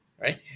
right